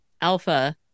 Alpha